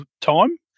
time